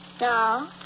No